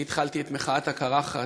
אני התחלתי את מחאת הקרחת,